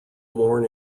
worn